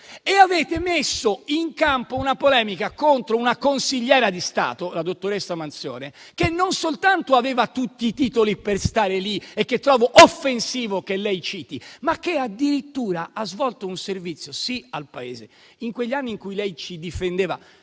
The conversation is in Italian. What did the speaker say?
e avete messo in campo una polemica contro una consigliera di Stato, la dottoressa Manzione, che non soltanto aveva tutti i titoli per stare lì e che trovo offensivo che lei citi, ma che addirittura ha svolto un servizio - sì, al Paese - in quegli anni in cui lei ci difendeva.